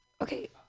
Okay